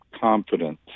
confidence